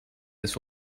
this